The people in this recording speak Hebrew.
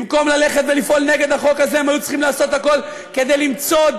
במקום ללכת ולפעול נגד החוק הזה הם היו צריכים לעשות הכול כדי למצוא,